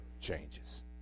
changes